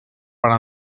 part